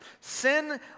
Sin